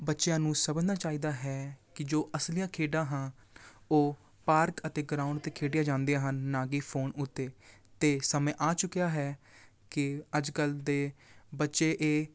ਬੱਚਿਆਂ ਨੂੰ ਸਮਝਣਾ ਚਾਹੀਦਾ ਹੈ ਕਿ ਜੋ ਅਸਲੀ ਖੇਡਾਂ ਹਾ ਉਹ ਪਾਰਕ ਅਤੇ ਗਰਾਊਂਡ 'ਤੇ ਖੇਡੀਆਂ ਜਾਂਦੀਆਂ ਹਨ ਨਾ ਕਿ ਫੋਨ ਉੱਤੇ ਅਤੇ ਸਮੇਂ ਆ ਚੁੱਕਿਆ ਹੈ ਕਿ ਅੱਜ ਕੱਲ ਦੇ ਬੱਚੇ ਇਹ